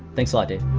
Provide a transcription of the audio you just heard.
thanks a lot dave